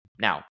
Now